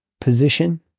position